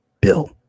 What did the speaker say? bill